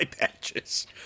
patches